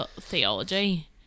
theology